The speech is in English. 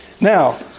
Now